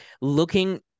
looking